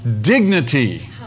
dignity